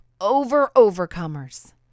over-overcomers